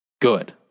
good